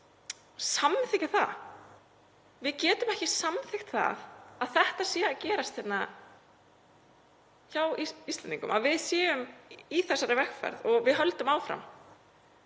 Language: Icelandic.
samþykkja það. Við getum ekki samþykkt að þetta sé að gerast hérna hjá Íslendingum, að við séum í þessari vegferð og við höldum áfram.